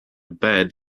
band